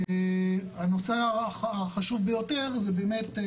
הנושא החשוב ביותר זה באמת,